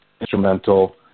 instrumental